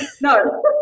No